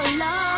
love